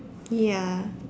ya